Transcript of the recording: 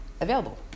available